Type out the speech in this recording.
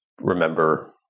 remember